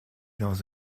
dans